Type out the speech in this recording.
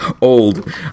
Old